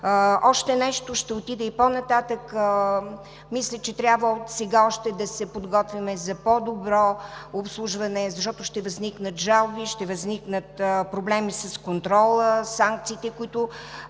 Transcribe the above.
Още нещо, ще отида и по-нататък. Мисля, че трябва отсега да се подготвим за по-добро обслужване, защото ще възникнат жалби, ще възникнат проблеми с контрола, със санкциите, които